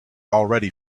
already